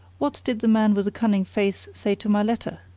what did the man with the cunning face say to my letter?